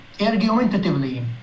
argumentatively